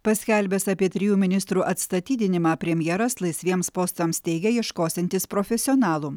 paskelbęs apie trijų ministrų atstatydinimą premjeras laisviems postams teigia ieškosiantis profesionalų